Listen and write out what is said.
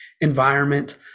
environment